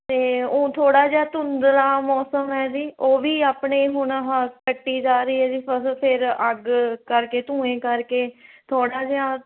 ਅਤੇ ਉਹ ਥੋੜ੍ਹਾ ਜਿਹਾ ਧੁੰਦਲਾ ਮੌਸਮ ਹੈ ਜੀ ਉਹ ਵੀ ਆਪਣੇ ਹੁਣ ਹਾ ਕੱਟੀ ਜਾ ਰਹੀ ਹੈ ਜੀ ਫਸਲ ਫਿਰ ਅੱਗ ਕਰਕੇ ਧੂੰਏ ਕਰਕੇ ਥੋੜ੍ਹਾ ਜਿਹਾ